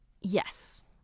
Yes